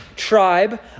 tribe